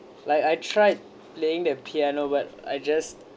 like I tried playing the piano but I just